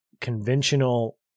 conventional